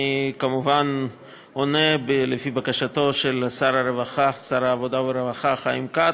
אני כמובן עונה לפי בקשתו של שר העבודה והרווחה חיים כץ.